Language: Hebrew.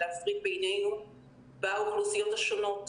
קיבלנו הנחיות ממנכ"ל משרד החינוך שמערכת החינוך עומדת להיות מושבתת,